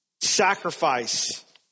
sacrifice